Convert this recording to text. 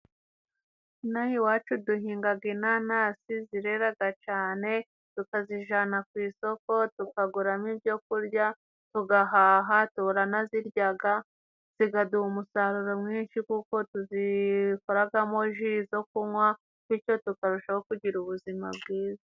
Ino aha iwacu duhingaga inanasi zireraga cyane tukazijana ku isoko, tukaguramo ibyo kurya, tugahaha, turanaziryaga, zikaduha umusaruro mwinshi kuko tuzikoragamo ji zo kunywa, bityo tukarushaho kugira ubuzima bwiza.